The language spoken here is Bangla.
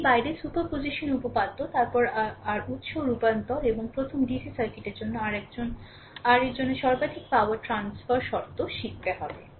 এর বাইরে সুপার পজিশন উপপাদ্য তারপর আর উত্স রূপান্তর এবং প্রথমে ডিসি সার্কিটের জন্য আর এর জন্য সর্বাধিক পাওয়ার ট্রান্সফার শর্ত শিখতে হবে